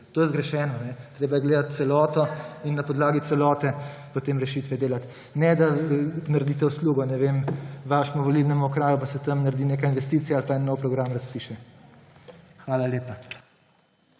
To je zgrešeno. Treba je gledati celoto in na podlagi celote potem rešitve delati, ne da naredite uslugo, ne vem, svojemu volilnemu okraju pa se tam naredi neka investicija ali pa en nov program razpiše. Hvala lepa.